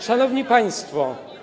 Szanowni Państwo!